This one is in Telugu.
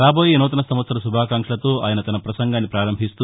రాబోయే నూతన సంవత్సర శుభాకాంక్షలతో ఆయన తన ప్రసంగాన్ని ప్రారంభిస్తూ